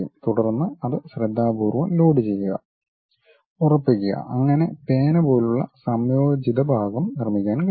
തുടർന്ന് അത് ശ്രദ്ധാപൂർവ്വം ലോഡുചെയ്യുക ഉറപ്പിക്കുക അങ്ങനെ പേന പോലുള്ള സംയോജിത ഭാഗം നിർമ്മിക്കാൻ കഴിയും